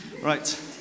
Right